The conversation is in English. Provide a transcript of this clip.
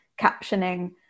captioning